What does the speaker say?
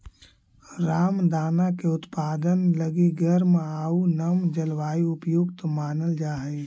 रामदाना के उत्पादन लगी गर्म आउ नम जलवायु उपयुक्त मानल जा हइ